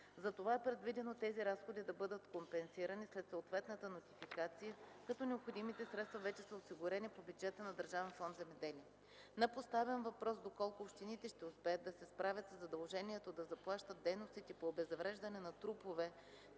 Затова е предвидено тези разходи да бъдат компенсирани, след съответната нотификация, като необходимите средства вече са осигурени по бюджета на Държавен фонд „Земеделие”. На поставен въпрос доколко общините ще успеят да се справят със задължението да заплащат дейностите по обезвреждане на труповете